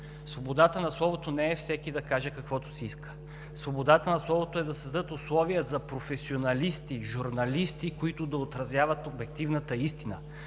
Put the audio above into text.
Свободата на словото не е всеки да каже каквото си иска. Свободата на словото е да се създадат условия за професионалистите, журналистите, които да отразяват обективната истина.